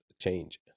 change